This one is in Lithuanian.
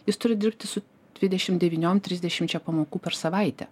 jis turi dirbti su dvidešim devyniom trisdešimčia pamokų per savaitę